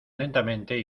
lentamente